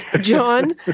John